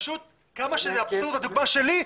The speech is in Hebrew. כמה שזה אבסורד הדוגמא שלי,